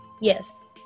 Yes